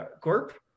corp